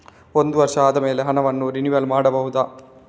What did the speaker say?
ಒಂದು ವರ್ಷ ಆದಮೇಲೆ ಹಣವನ್ನು ರಿನಿವಲ್ ಮಾಡಬಹುದ?